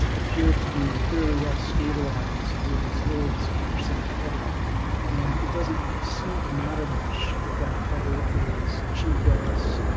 appeared to be fairly well stabilized with as little as ten percent cover and it doesn't seem to matter much if that cover is cheatgrass,